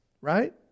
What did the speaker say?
right